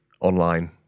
Online